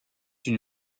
une